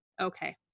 okay